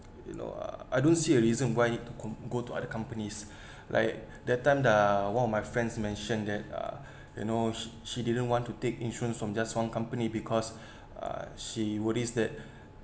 you know uh I don't see a reason why need to go to other companies like that time the one of my friends mentioned that uh you know she she didn't want to take insurance from just one company because uh she worries that